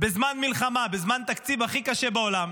בזמן מלחמה, בזמן תקציב הכי קשה בעולם,